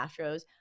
Astros